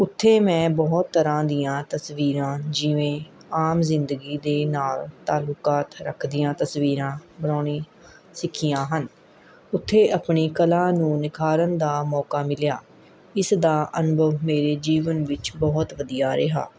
ਉੱਥੇ ਮੈਂ ਬਹੁਤ ਤਰ੍ਹਾਂ ਦੀਆਂ ਤਸਵੀਰਾਂ ਜਿਵੇਂ ਆਮ ਜ਼ਿੰਦਗੀ ਦੇ ਨਾਲ਼ ਤਾਲੁਕਾਤ ਰੱਖਦੀਆਂ ਤਸਵੀਰਾਂ ਬਣਾਉਣੀ ਸਿੱਖੀਆਂ ਹਨ ਉੱਥੇ ਆਪਣੀ ਕਲਾ ਨੂੰ ਨਿਖਾਰਨ ਦਾ ਮੌਕਾ ਮਿਲਿਆ ਇਸ ਦਾ ਅਨੁਭਵ ਮੇਰੇ ਜੀਵਨ ਵਿੱਚ ਬਹੁਤ ਵਧੀਆ ਰਿਹਾ